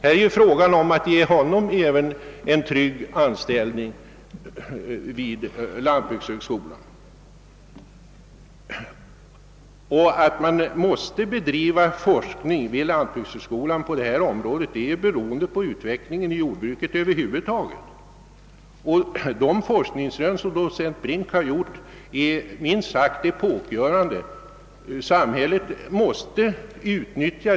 Det gäller att ge även honom en trygg anställning vid lantbrukshögskolan. Att man vid lantbrukshögskolan måste bedriva forskning på detta område beror på utvecklingen inom jordbruket över huvud taget. De forskningsrön som docent Brink har gjort är minst sagt epokgörande.